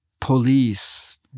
police